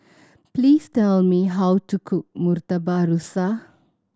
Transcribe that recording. please tell me how to cook Murtabak Rusa